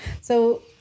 So-